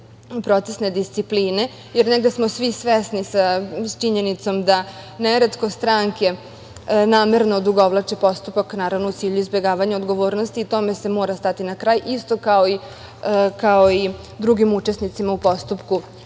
procesne discipline, jer negde smo svi svesni sa činjenicom da neretko stranke namerno odugovlače postupak, naravno u cilju izbegavanja odgovornosti. Tome se mora stati na kraj isto kao i drugim učesnicima u postupku